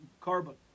carbon